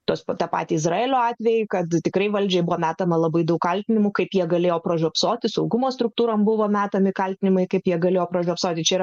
tos tą patį izraelio atvejį kad tikrai valdžiai buvo metama labai daug kaltinimų kaip jie galėjo pražiopsoti saugumo struktūrom buvo metami kaltinimai kaip jie galėjo pražiopsoti čia ir